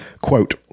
Quote